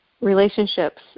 relationships